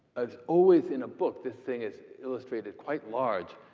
as always in a book, this thing is illustrated quite large.